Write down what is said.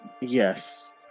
Yes